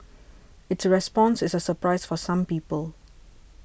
its response is a surprise for some people